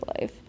life